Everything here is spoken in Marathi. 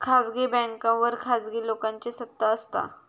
खासगी बॅन्कांवर खासगी लोकांची सत्ता असता